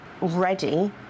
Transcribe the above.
ready